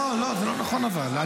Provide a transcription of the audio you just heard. לא, לא, זה לא נכון אבל.